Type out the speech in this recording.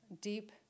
deep